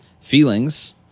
feelings